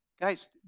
Guys